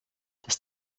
das